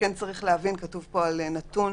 כתוב פה נתון